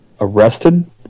arrested